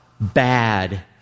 bad